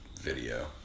video